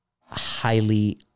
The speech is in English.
highly